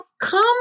come